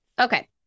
Okay